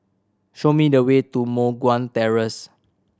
show me the way to Moh Guan Terrace